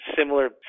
similar